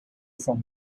from